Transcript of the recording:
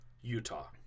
Utah